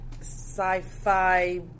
Sci-fi